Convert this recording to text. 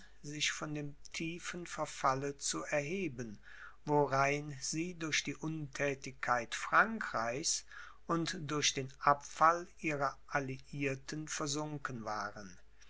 sich von dem tiefen verfalle zu erheben worein sie durch die unthätigkeit frankreichs und durch den abfall ihrer alliierten versunken waren